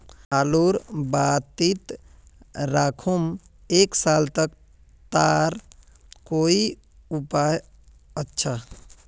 आलूर बारित राखुम एक साल तक तार कोई उपाय अच्छा?